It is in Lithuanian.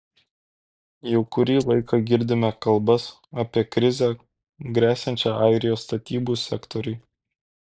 jau kurį laiką girdime kalbas apie krizę gresiančią airijos statybų sektoriui